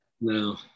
No